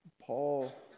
Paul